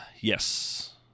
Yes